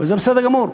וזה בסדר גמור.